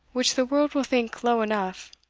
which the world will think low enough,